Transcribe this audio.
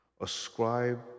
Ascribe